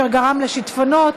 אשר גרמו לשיטפונות,